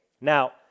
now